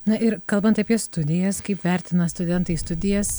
na ir kalbant apie studijas kaip vertina studentai studijas